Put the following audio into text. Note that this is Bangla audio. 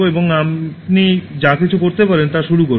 এবং আপনি যা কিছু করতে পারেন তা শুরু করবেন